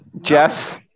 Jess